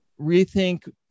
rethink